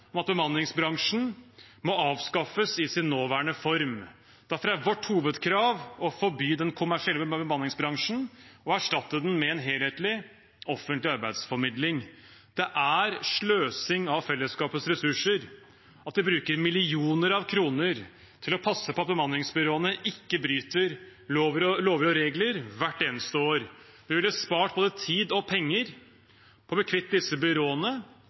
om at bemanningsbransjen må avskaffes i sin nåværende form. Derfor er vårt hovedkrav å forby den kommersielle bemanningsbransjen og erstatte den med en helhetlig, offentlig arbeidsformidling. Det er sløsing med fellesskapets ressurser at vi bruker millioner av kroner til å passe på at bemanningsbyråene ikke bryter lover og regler – hvert eneste år. Vi ville spart både tid og penger på å bli kvitt disse byråene